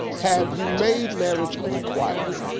have you made marriage a requirement?